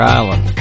Island